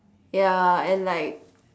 ya and like